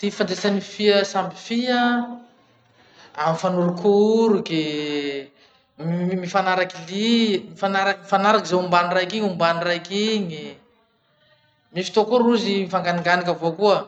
Ty ifandraisan'ny fia samy fia, ah mifanorokoroky, mifanaraky lia mifanaraky mifanaraky ze ombany raiky iny ombany raiky igny. Misy fotoa koa rozy mifanganinganiky avao koa.